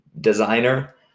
designer